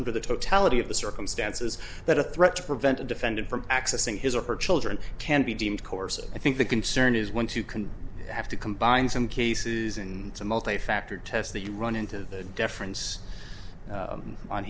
under the totality of the circumstances that a threat to prevent a defendant from accessing his or her children can be deemed courses i think the concern is once you can have to combine some cases in a multi factor test that you run into the deference